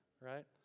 right